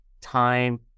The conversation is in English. time